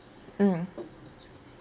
mm